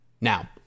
now